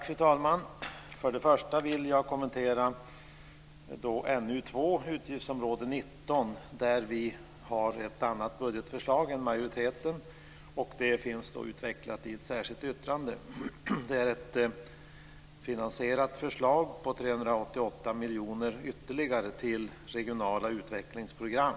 Fru talman! Först vill jag kommentera NU2 Utgiftsområde 19, där vi har ett annat budgetförslag än majoriteten. Detta finns utvecklat i ett särskilt yttrande. Det är ett finansierat förslag på 388 miljoner ytterligare till regionala utvecklingsprogram.